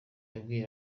yabwiye